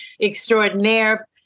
extraordinaire